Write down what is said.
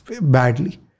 badly